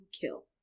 kill